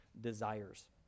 desires